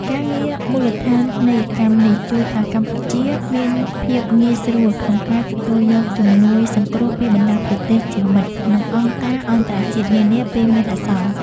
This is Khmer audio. ការងារមូលដ្ឋានីយកម្មនេះជួយឱ្យកម្ពុជាមានភាពងាយស្រួលក្នុងការទទួលយកជំនួយសង្គ្រោះពីបណ្តាប្រទេសជាមិត្ត និងអង្គការអន្តរជាតិនានាពេលមានអាសន្ន។